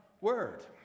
word